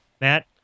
Matt